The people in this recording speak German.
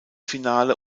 finale